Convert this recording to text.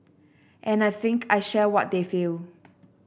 and I think I share what they feel